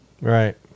Right